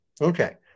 Okay